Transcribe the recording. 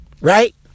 Right